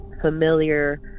familiar